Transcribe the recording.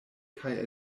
kaj